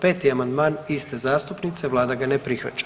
5. amandman iste zastupnice, vlada ga ne prihvaća.